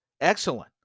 excellent